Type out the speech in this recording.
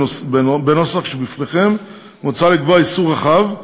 בנוסח שלפניכם מוצע לקבוע איסור רחב,